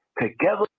together